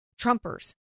Trumpers